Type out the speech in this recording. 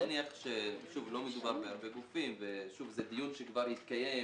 אני מניח שלא מדובר בהרבה גופים וזה דיון שכבר התקיים.